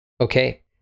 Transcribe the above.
Okay